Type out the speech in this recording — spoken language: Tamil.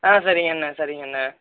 ஆ சரிங்கண்ணா சரிங்கண்ணா